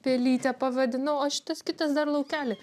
pelyte pavadinau o šitas kitas dar laukely